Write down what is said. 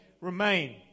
remain